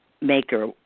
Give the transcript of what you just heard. maker